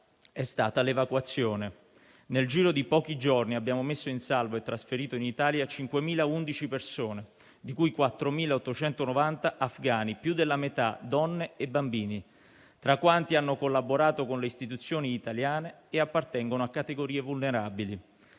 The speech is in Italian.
è stata l'evacuazione: nel giro di pochi giorni abbiamo messo in salvo e trasferito in Italia 5.011 persone, di cui 4.890 afghani, più della metà donne e bambini, tra quanti hanno collaborato con le istituzioni italiane e appartengono a categorie vulnerabili.